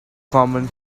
common